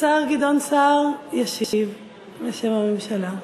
השר גדעון סער ישיב בשם הממשלה.